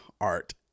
art